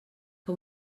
que